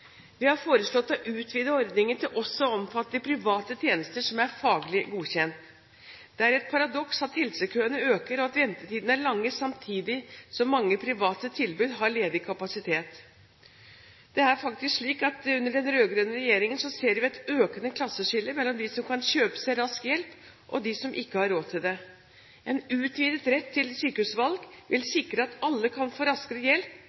Vi har foreslått å utvide ordningen til også å omfatte private tjenester som er faglig godkjent. Det er et paradoks at helsekøene øker og at ventetidene er lange, samtidig som mange private tilbud har ledig kapasitet. Det er faktisk slik at under den rød-grønne regjeringen ser vi et økende klasseskille mellom dem som kan kjøpe seg rask hjelp, og dem som ikke har råd til det. En utvidet rett til fritt sykehusvalg vil sikre at alle kan få raskere hjelp,